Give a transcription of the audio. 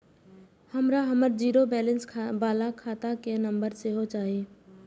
हमरा हमर zero balance बाला खाता के नम्बर सेहो चाही